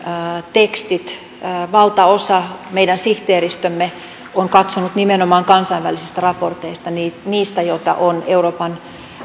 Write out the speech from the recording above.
tekstit valtaosan meidän sihteeristömme on katsonut nimenomaan kansainvälisistä raporteista niistä niistä joita on euroopan